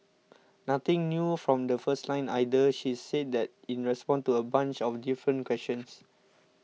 nothing new from the first line either she's said that in response to a bunch of different questions